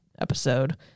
episode